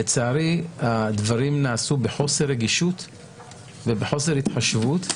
לצערי הדברים נעשו בחוסר רגישות ובחוסר התחשבות.